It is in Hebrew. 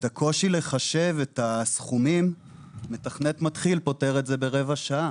את הקושי לחשב את הסכומים מתכנת מתחיל פותר את זה ברבע שעה.